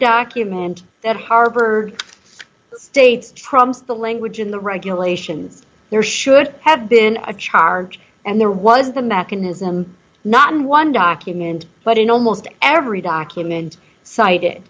document that harper states trumps the language in the regulations there should have been a charge and there was the mechanism not in one document but in almost every document cite